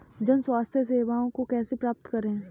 जन स्वास्थ्य सेवाओं को कैसे प्राप्त करें?